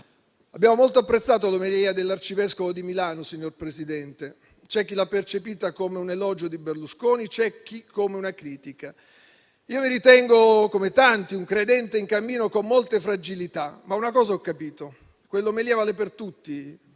Abbiamo molto apprezzato l'omelia dell'arcivescovo di Milano, signor Presidente; c'è chi l'ha percepita come un elogio di Berlusconi e chi l'ha percepita come una critica. Io mi ritengo, come tanti, un credente in cammino con molte fragilità, ma una cosa ho capito: quell'omelia vale per tutti,